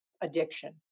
addiction